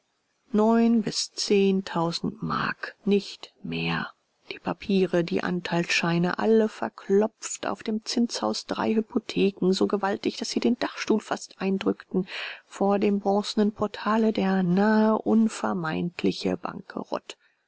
neun bis zehntausend mark nicht mehr die papiere die anteilscheine alle verklopft auf dem zinshaus drei hypotheken so gewaltig daß sie den dachstuhl fast eindrückten vor dem bronzenen portale der nahe unvermeidliche